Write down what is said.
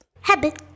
Habit